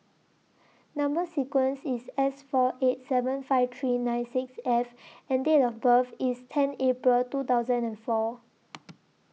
Number sequence IS S four eight seven five three nine six F and Date of birth IS ten April two thousand and four